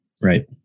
Right